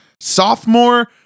sophomore